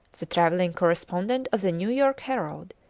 the travelling correspondent of the new york herald,